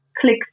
click